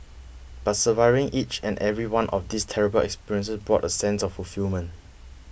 but surviving each and every one of these terrible experiences brought a sense of fulfilment